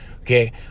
okay